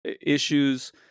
issues